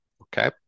Okay